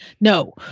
no